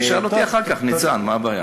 תשאל אותי אחר כך, ניצן, מה הבעיה.